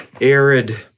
arid